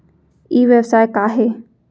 ई व्यवसाय का हे?